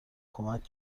کمک